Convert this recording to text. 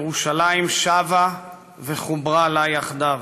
ירושלים שבה וחוברה לה יחדיו.